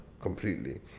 Completely